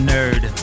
Nerd